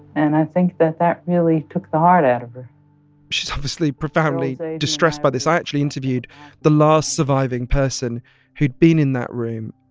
and i think that that really took the heart out of her she's obviously profoundly distressed by this. i actually interviewed the last surviving person who'd been in that room,